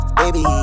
baby